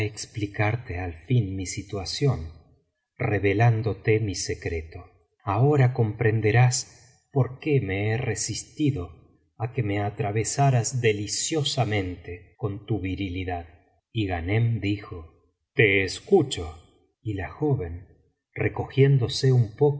explicarte al fin mi situación revelándote mi secreto ahora comprenderás por qué me he resistido á que me atravesaras deliciosamente con tu virilidad y ghanem dijo te escucho y la joven recogiéndose un